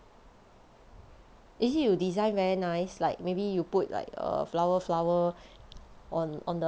is it you design very nice like maybe you put like a flower flower on on the